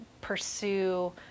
pursue